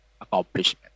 accomplishment